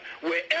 wherever